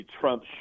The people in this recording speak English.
trump